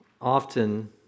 often